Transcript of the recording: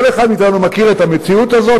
כל אחד מאתנו מכיר את המציאות הזאת.